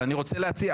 אבל אני רוצה להציע,